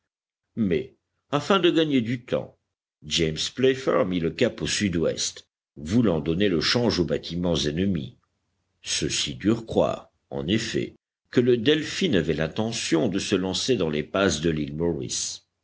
mais afin de gagner du temps james playfair mit le cap au sud-ouest voulant donner le change aux bâtiments ennemis ceux-ci durent croire en effet que le delphin avait l'intention de se lancer dans les passes de